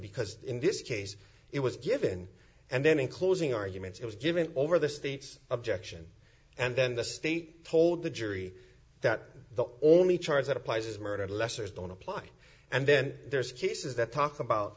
because in this case it was given and then in closing arguments it was given over the state's objection and then the state told the jury that the only charge that applies is murder lesser is don't apply and then there's cases that talk about